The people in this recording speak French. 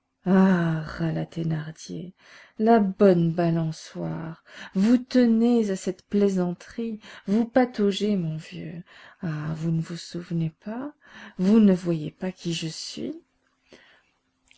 la bonne balançoire vous tenez à cette plaisanterie vous pataugez mon vieux ah vous ne vous souvenez pas vous ne voyez pas qui je suis